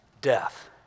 Death